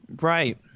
Right